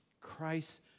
Christ